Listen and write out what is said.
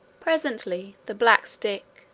presently the black stick,